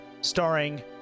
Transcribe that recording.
starring